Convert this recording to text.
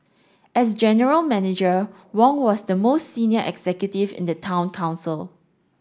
as general manager Wong was the most senior executive in the Town Council